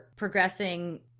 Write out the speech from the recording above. progressing